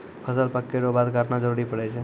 फसल पक्कै रो बाद काटना जरुरी पड़ै छै